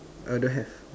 uh don't have